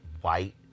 white